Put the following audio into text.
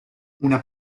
una